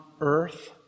earth